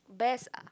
best